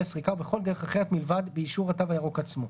הסריקה או בכל דרך אחרת מלבד באישור "התו הירוק" עצמו.